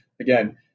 again